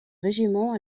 régiment